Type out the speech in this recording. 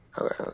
Okay